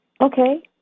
Okay